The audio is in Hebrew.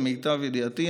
למיטב ידיעתי,